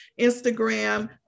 Instagram